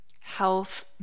health